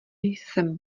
jsem